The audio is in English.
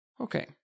Okay